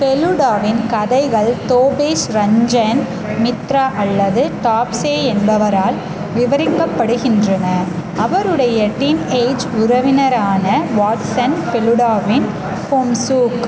ஃபெலுடாவின் கதைகள் தோபேஷ் ரஞ்சன் மித்ரா அல்லது டாப்சே என்பவரால் விவரிக்கப்படுகின்றன அவருடைய டீன்ஏஜ் உறவினரான வாட்சன் ஃபெலுடாவின் ஹோம்ஸுக்கு